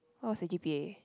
how was your g_p_a